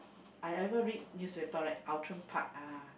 I ever read newspaper right Outram-Park uh